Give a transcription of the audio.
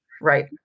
Right